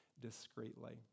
discreetly